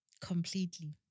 completely